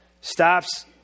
stops